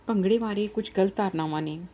ਭੰਗੜੇ ਬਾਰੇ ਕੁਝ ਗਲਤ ਧਾਰਨਾਵਾਂ ਨੇ